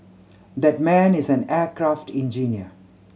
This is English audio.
that man is an aircraft engineer